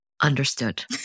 understood